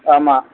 ஆமாம்